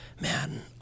man